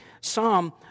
Psalm